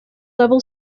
level